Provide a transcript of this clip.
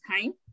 time